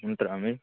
ఉంటారా మీరూ